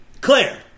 Claire